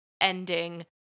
ending